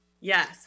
yes